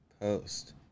Post